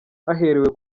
haherewe